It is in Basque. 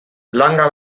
langa